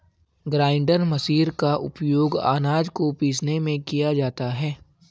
grinder machine का उपयोग आनाज को पीसने में किया जाता है